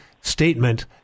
statement